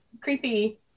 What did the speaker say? creepy